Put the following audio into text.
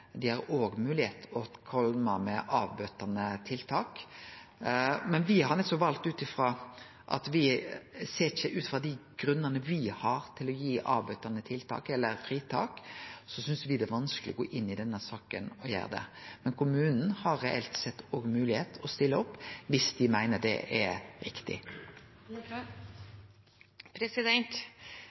å kome med avbøtande tiltak. Ut frå dei grunnane me har til å gi avbøtande tiltak eller fritak, synest me det er vanskeleg å gå inn i denne saka og gjere det. Men kommunen har reelt sett òg moglegheit til å stille opp, dersom dei meiner det er riktig.